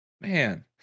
man